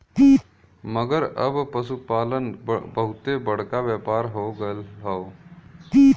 मगर अब पसुपालन बहुते बड़का व्यापार हो गएल हौ